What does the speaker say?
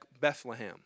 Bethlehem